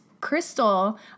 Crystal